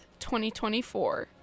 2024